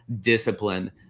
discipline